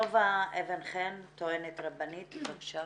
טובה אבן חן, טוענת רבנית, בבקשה.